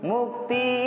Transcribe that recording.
Mukti